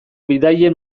bidaien